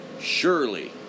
surely